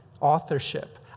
authorship